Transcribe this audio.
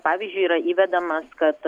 pavyzdžiui yra įvedamas kad